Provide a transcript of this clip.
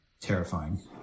terrifying